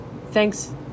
Thanks